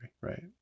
right